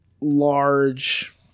large